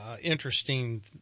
interesting